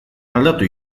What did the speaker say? aldatu